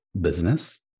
business